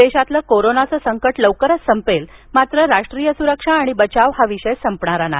देशातील कोरोनाचं संकट लवकरच संपत आहे मात्र राष्ट्रीय सुरक्षा आणि बचाव हा विषय संपणारा नाही